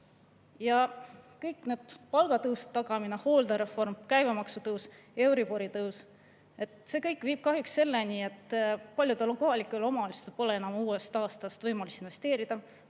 Ja kõik see – palgatõusu tagamine, hooldereform, käibemaksu tõus, euribori tõus – viib kahjuks selleni, et paljudel kohalikel omavalitsustel pole enam uuest aastast võimalusi investeerida,